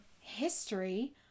history